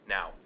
Now